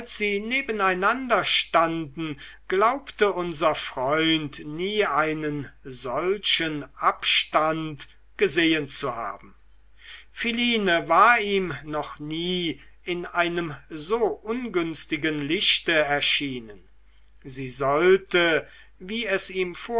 sie nebeneinander standen glaubte unser freund nie einen solchen abstand gesehn zu haben philine war ihm noch nie in einem so ungünstigen lichte erschienen sie sollte wie es ihm